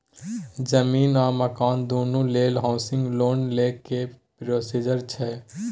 जमीन आ मकान दुनू लेल हॉउसिंग लोन लै के की प्रोसीजर छै?